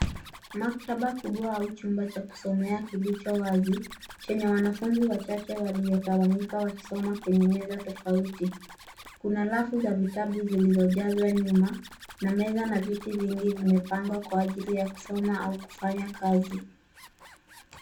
Maktaba kubwa au chumba cha kusomea kilicho wazi chenye wanafuzi wachache waliotawanyika wakisoma kwenye meza tofauti. Kuna rafu za vitabu ziliojazwa nyuma na meza na viti vingi vimepangwa kwa ajili ya kusoma au kufanya kazi.